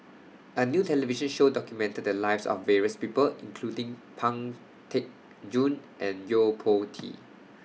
A New television Show documented The Lives of various People including Pang Teck Joon and Yo Po Tee